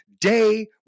day